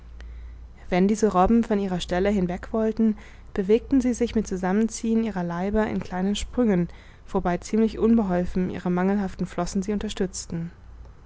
wenn diese robben von ihrer stelle hinweg wollten bewegten sie sich mit zusammenziehung ihrer leiber in kleinen sprüngen wobei ziemlich unbeholfen ihre mangelhaften flossen sie unterstützten